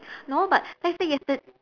no but let's say yester~